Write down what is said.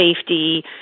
safety